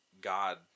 God